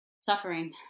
suffering